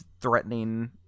threatening